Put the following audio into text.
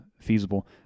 feasible